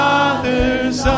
Father's